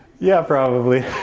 yeah, probably.